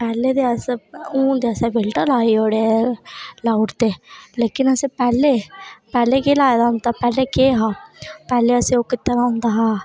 पैह्लें ते असें हून ते असें फिल्टर लाए उड़े लाई ओड़े दे लेकिन अस पैह्लें पैह्लें केह् लाए दा होंदा पैह्लें केह् हा पैह्लें असें ओह् कीता दा होंदा हा